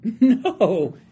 No